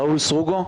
ראול סרוגו.